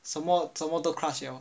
什么什么都 crush